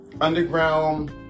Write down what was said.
underground